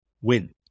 win